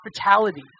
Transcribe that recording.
hospitality